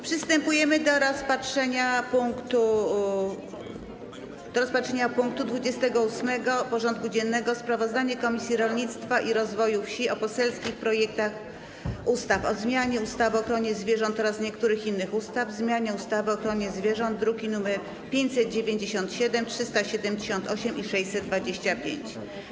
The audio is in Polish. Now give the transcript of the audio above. Przystępujemy do rozpatrzenia punktu 28. porządku dziennego: Sprawozdanie Komisji Rolnictwa i Rozwoju Wsi o poselskich projektach ustaw: o zmianie ustawy o ochronie zwierząt oraz niektórych innych ustaw, o zmianie ustawy o ochronie zwierząt (druki nr 597, 378 i 625)